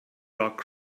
rock